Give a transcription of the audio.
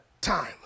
time